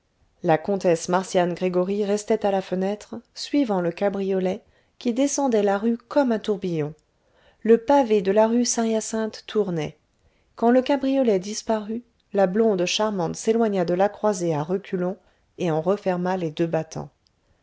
la comtesse marcian gregoryi restait à la fenêtre suivant le cabriolet qui descendait la rue comme un tourbillon le pavé de la rue saint hyacinthe tournait quand le cabriolet disparut la blonde charmante s'éloigna de la croisée à reculons et en referma les deux battants